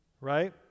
right